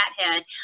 Cathead